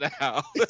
now